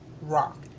rock